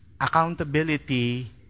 Accountability